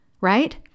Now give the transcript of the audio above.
Right